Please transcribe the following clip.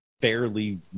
fairly